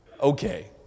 okay